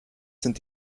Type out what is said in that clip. sind